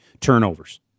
turnovers